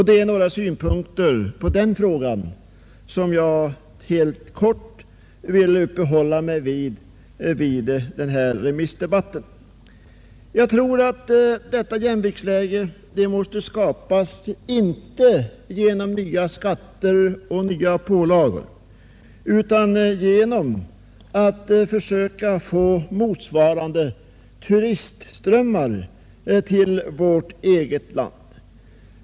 Det är några synpunkter på den frågan som jag helt kort vill uppehålla mig vid i den här remissdebatten. Jag tror att ett jämviktsläge inte bör skapas genom nya skatter och pålagor utan genom försök att få motsvarande turistströmmar till vårt eget land.